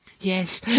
yes